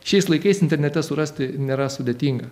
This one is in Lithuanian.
šiais laikais internete surasti nėra sudėtinga